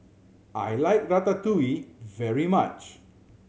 I like Ratatouille very much